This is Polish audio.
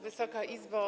Wysoka Izbo!